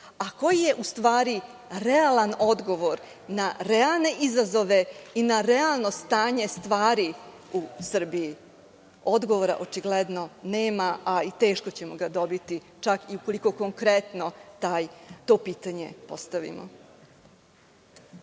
Koji je, u stvari, realan odgovor na realne izazove i na realno stanje stvari u Srbiji? Odgovora očigledno nema, a i teško ćemo ga dobiti, čak i ukoliko konkretno to pitanje postavimo.